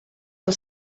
del